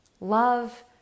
love